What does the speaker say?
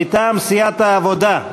מטעם סיעת העבודה.